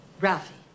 Ralphie